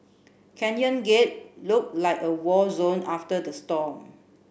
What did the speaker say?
Canyon Gate looked like a war zone after the storm